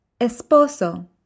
esposo